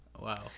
Wow